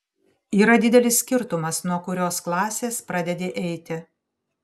yra didelis skirtumas nuo kurios klasės pradedi eiti